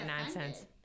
nonsense